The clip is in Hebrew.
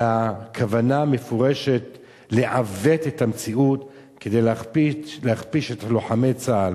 אלא כוונה מפורשת לעוות את המציאות כדי להכפיש את לוחמי צה"ל.